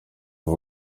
ubu